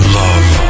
love